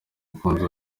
mukunzi